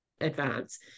advance